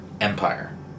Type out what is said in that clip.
Empire